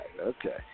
okay